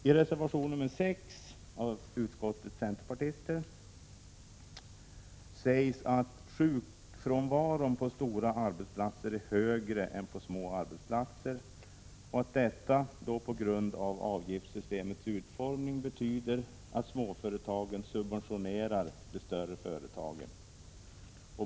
I reservation nr 6 anser utskottets centerpartister att sjukfrånvaron på stora arbetsplatser är högre än på små arbetsplatser och att detta, på grund av avgiftssystemets utformning, betyder att småföretagen subventionerar de större företagen.